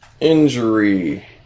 injury